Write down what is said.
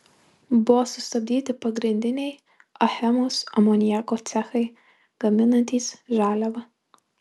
buvo sustabdyti pagrindiniai achemos amoniako cechai gaminantys žaliavą